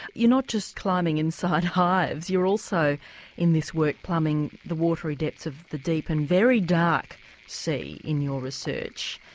you're not just climbing inside hives you're also in this work plumbing the watery depths of the deep and very dark sea in your research.